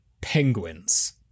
penguins